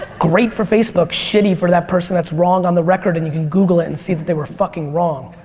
great for facebook, shitty for that person that's wrong on the record and you can google it and see that they were fucking wrong.